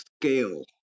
scale